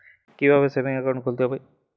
কীভাবে savings account খুলতে হবে?